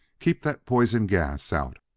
keep that poison gas out.